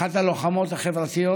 אחת הלוחמות החברתיות,